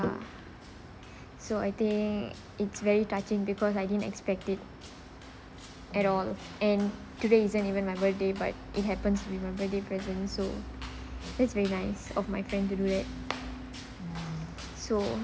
ya so I think it's very touching because I didn't expect it at all and today isn't even my birthday but it happens be my birthday present so that's very nice of my friend to do that so